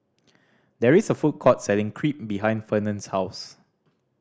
there is a food court selling Crepe behind Fernand's house